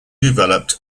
developed